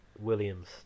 Williams